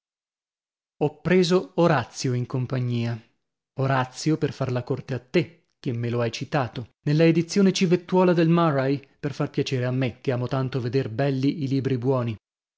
ho preso orazio in compagnia orazio per far la corte a te che me lo hai citato nella edizione civettuola del murray per far piacere a me che amo tanto veder belli i libri buoni